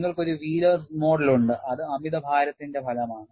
നിങ്ങൾക്ക് ഒരു വീലേഴ്സ് മോഡലുണ്ട് അത് അമിതഭാരത്തിന്റെ ഫലമാണ്